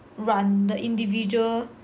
染 the individual